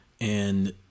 And-